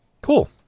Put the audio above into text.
Cool